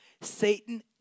Satan